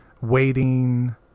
waiting